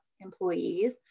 employees